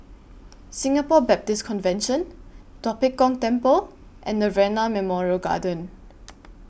Singapore Baptist Convention Tua Pek Kong Temple and Nirvana Memorial Garden